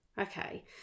okay